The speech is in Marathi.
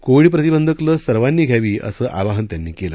कोविड प्रतिंबंधक लस सर्वांनी घ्यावी असं आवाहन त्यांनी केलं